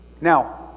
Now